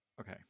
okay